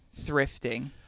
thrifting